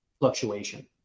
fluctuation